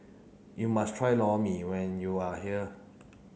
you must try Lor Mee when you are here